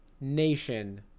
nation